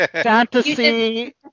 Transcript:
fantasy